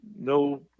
No